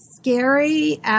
Scary